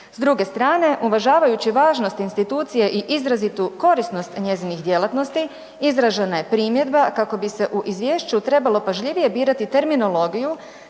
S druge strane, uvažavajući važnost institucije i izrazitu korisnost njezinih djelatnosti, izražena je primjedba kako bi se u izvješću trebalo pažljivije birati terminologiju